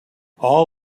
all